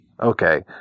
Okay